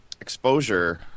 exposure